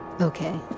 Okay